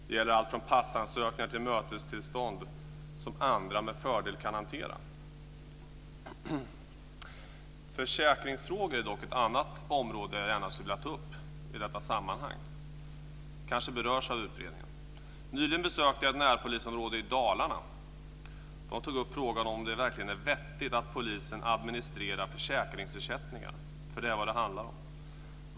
Det gäller allt från passansökningar till mötestillstånd, som andra med fördel kan hantera. Försäkringsfrågor är dock ett annat område som jag gärna skulle vilja ta upp i detta sammanhang. Det kanske berörs av utredningen. Nyligen besökte jag ett närpolisområde i Dalarna. De tog upp frågan om det verkligen är vettigt att polisen administrerar försäkringsersättningar. Det är vad det handlar om.